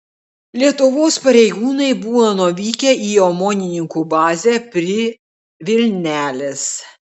lietuvos pareigūnai buvo nuvykę į omonininkų bazę prie vilnelės